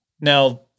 Now